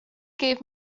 gave